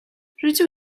rydw